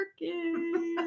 working